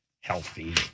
Healthy